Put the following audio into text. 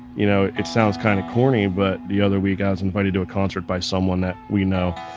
you know it sounds kind of corny, but the other week i was invited to a concert by someone that we know,